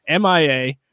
MIA